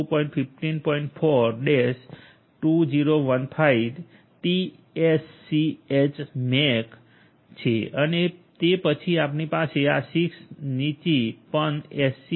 4 2015 TSCH MAC છે અને તે પછીઆપણીપાસે આ 6 નીચી પન એચસી